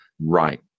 right